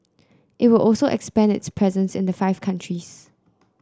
it will also expand its presence in the five countries